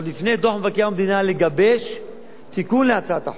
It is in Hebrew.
עוד לפני דוח מבקר המדינה, לגבש תיקון להצעת החוק.